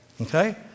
okay